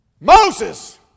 Moses